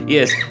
Yes